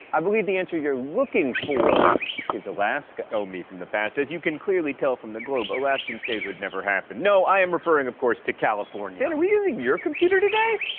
i believe the answer you're looking for is alaska. oh me from the past, as you can clearly tell from the globe, alaskan statehood never happened. no i am referring of course to california. stan, and are we using your computer today?